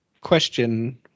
question